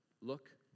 Look